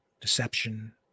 deception